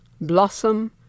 Blossom